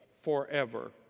forever